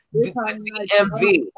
DMV